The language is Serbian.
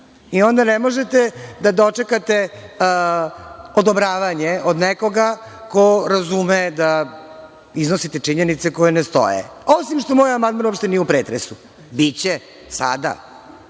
ne možete da dočekate odobravanje od nekoga ko razume da iznosite činjenice koje ne stoje. Osim što moj amandman uopšte nije u pretresu, biće, sada.